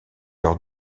leur